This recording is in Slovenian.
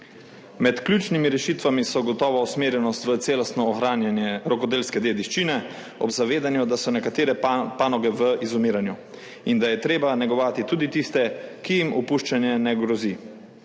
Med ključnimi rešitvami so gotovo usmerjenost v celostno ohranjanje rokodelske dediščine ob zavedanju, da so nekatere panoge v izumiranju in da je treba negovati tudi tiste, ki jim opuščanje ne grozi.